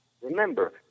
remember